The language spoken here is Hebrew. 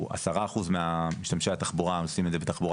10% ממשתמשי התחבורה עושים את זה בתחבורה